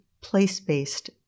place-based